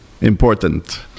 important